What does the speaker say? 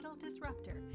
disruptor